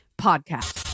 Podcast